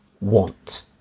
want